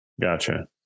Gotcha